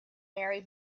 mary